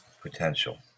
potential